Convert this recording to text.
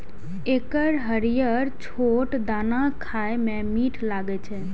एकर हरियर छोट दाना खाए मे मीठ लागै छै